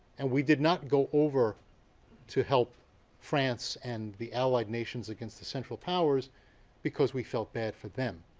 and we did not go over to help france and the allied nations against the central powers because we felt bad for them.